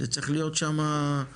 זה צריך להיות שם דיגיטלי,